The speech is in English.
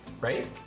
right